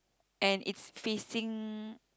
and it's facing